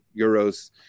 euros